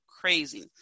crazy